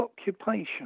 occupation